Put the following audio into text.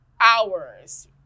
hours